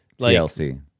TLC